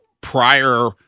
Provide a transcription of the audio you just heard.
prior